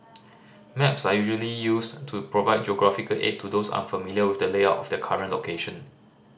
maps are usually used to provide geographical aid to those unfamiliar with the layout of their current location